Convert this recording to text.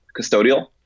custodial